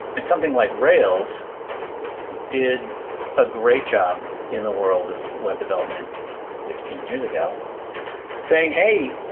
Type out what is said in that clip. and something like rails did a great job in the world of web development fifteen years ago saying, hey,